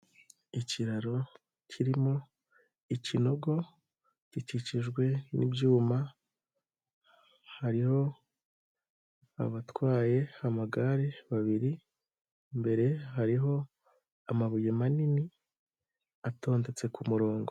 Ikiraro kirimo ikinogo, gikikijwe n'ibyuma, hariho abatwaye amagare babiri, imbere hariho amabuye manini, atondetse ku murongo.